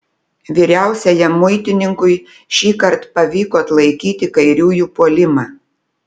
vyriausiajam muitininkui šįkart pavyko atlaikyti kairiųjų puolimą